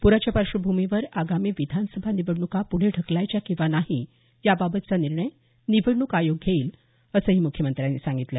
पुराच्या पार्श्वभूमीवर आगामी विधानसभा निवडणुका पुढं ढकलायच्या किंवा नाही याबाबतचा निर्णय निवडणूक आयोग घेईल असंही मुख्यमंत्र्यांनी सांगितलं